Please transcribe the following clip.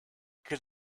could